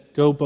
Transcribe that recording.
Go